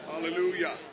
Hallelujah